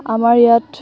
আমাৰ ইয়াত